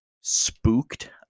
spooked